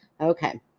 okay